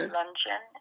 luncheon